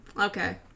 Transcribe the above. Okay